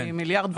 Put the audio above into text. כן.